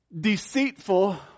deceitful